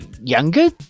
Younger